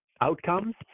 outcomes